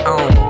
on